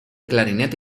clarinete